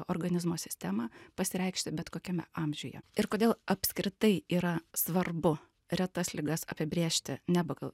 organizmo sistemą pasireikšti bet kokiame amžiuje ir kodėl apskritai yra svarbu retas ligas apibrėžti ne pagal